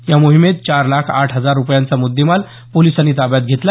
या मोहिमेत चार लाख आठ हजार रुपयांचा मुद्देमाल पोलिसांनी ताब्यात घेतला